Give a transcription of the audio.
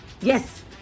Yes